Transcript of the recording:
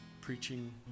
preaching